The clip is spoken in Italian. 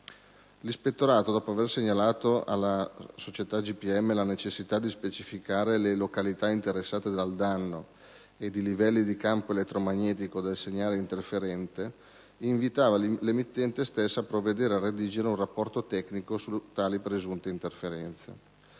ispettorato, dopo aver segnalato alla suddetta società GPM la necessità di specificare le località interessate dal danno ed i livelli di campo elettromagnetico del segnale interferente, invitava l'emittente stessa a provvedere a redigere un rapporto tecnico su tali presunte interferenze.